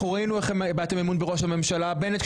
אנחנו רואים איך הבאתם אמון בראש הממשלה בנט,